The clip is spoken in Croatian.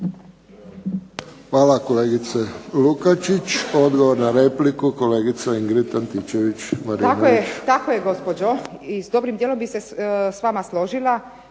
Hvala kolegice Lukačić. Odgovor na repliku kolegica Antičević-Marinović. **Antičević Marinović, Ingrid (SDP)** Tako je gospođo. I s dobrim dijelom bi se s vama složila,